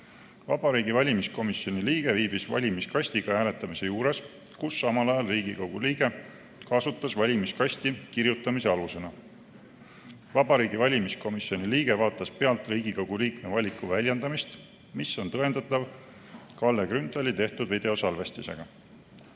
Vabariigi Valimiskomisjoni liige viibis valimiskastiga hääletamise juures, kus samal ajal Riigikogu liige kasutas valimiskasti kirjutamise alusena. Vabariigi Valimiskomisjoni liige vaatas pealt Riigikogu liikme valiku väljendamist, mis on tõendatav Kalle Grünthali tehtud videosalvestisega.